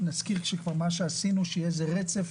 שיהיה איזה רצף